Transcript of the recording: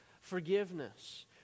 forgiveness